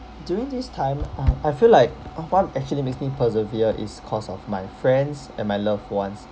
during this time uh I feel like uh what actually makes me persevere is cause of my friends and my loved ones